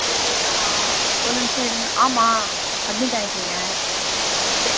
வெண்ணிலா ஒரு நிம்ஷ இருங்க ஆமாம் அட்மிட்டாயிருந்திங்க சே